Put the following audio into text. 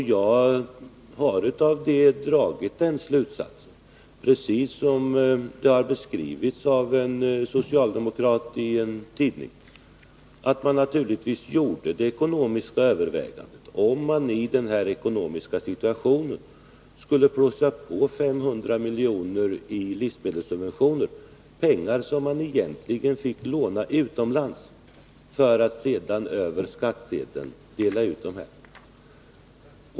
Därav har jag dragit slutsatsen, precis som det har beskrivits av en socialdemokrat i en tidning, att man i det nuvarande ekonomiska läget naturligtvis övervägde om man skulle föreslå ytterligare 500 milj.kr. i livsmedelssubventioner. Dessa pengar måste i så fall lånas utomlands och tas igen över skattsedeln.